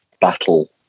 battle